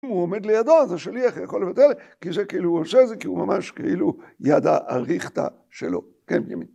הוא עומד לידו, אז השליח יכול לבטל, כי זה, כאילו הוא עושה את זה כי הוא ממש, כאילו, ביד האריכתא שלו. כן? הם...